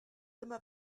dyma